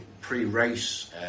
pre-race